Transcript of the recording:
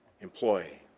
employee